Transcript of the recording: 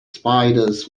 spiders